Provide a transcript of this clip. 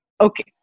okay